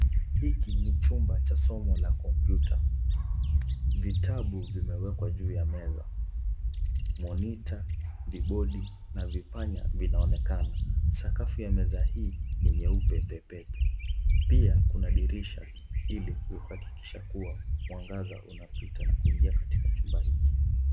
Hiki ni chumba cha somo la kompyuta, vitabu vimewekwa juu ya meza. Monitor , vibodi na vipanya vinaonekana. Sakafu ya meza hii ni nyeupe pepepe. Pia kuna dirisha ili kuhakikisha kuwa mwangaza unapita na kuingia katika chumba hiki.